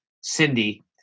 Cindy